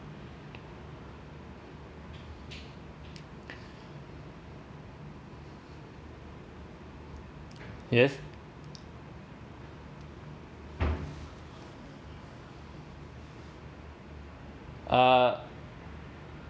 yes uh